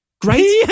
great